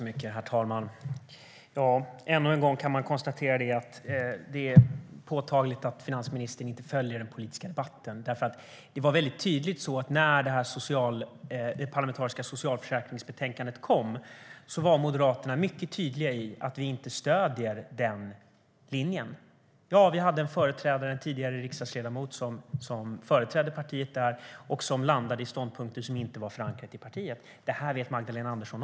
Herr talman! Ännu en gång kan man konstatera att det är påtagligt att finansministern inte följer den politiska debatten. När betänkandet från den parlamentariska Socialförsäkringsutredningen kom var Moderaterna mycket tydliga med att man inte stöder den linjen. Ja, vi hade en företrädare där, en tidigare riksdagsledamot, som landade i ståndpunkter som inte var förankrade i partiet. Det vet Magdalena Andersson.